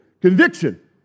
conviction